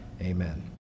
amen